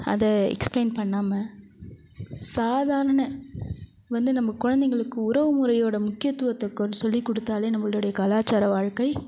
அதை எக்ஸ்ப்ளைன் பண்ணாமல் சாதாரண இப்போ வந்து நம்ம குழந்தைங்களுக்கு உறவுமுறையோட முக்கியத்துவத்தை கொஞ்சம் சொல்லிக் கொடுத்தாலே நம்மளோடைய கலாச்சார வாழ்க்கை